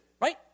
right